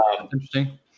Interesting